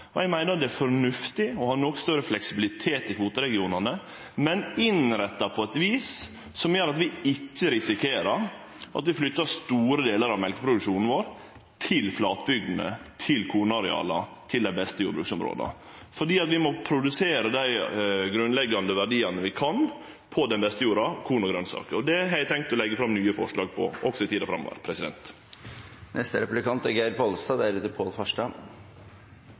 kvoteregionar. Eg meiner at det er fornuftig å ha noko større fleksibilitet i kvoteregionane, men innretta på eit vis som gjer at vi ikkje risikerer at vi flyttar store delar av mjølkeproduksjonen vår til flatbygdene, til kornareala, til dei beste jordbruksområda, for vi må produsere dei grunnleggjande verdiane vi kan, på den beste jorda: korn og grønsaker. Det har eg tenkt å leggje fram nye forslag om, også i tida framover.